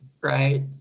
Right